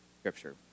Scripture